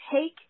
take